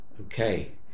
Okay